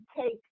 take